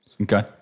Okay